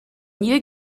nil